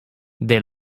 dès